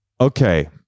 Okay